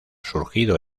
surgido